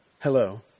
Hello